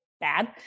bad